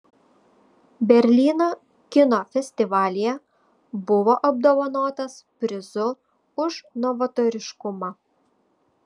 berlyno kino festivalyje buvo apdovanotas prizu už novatoriškumą